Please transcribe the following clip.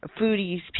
foodies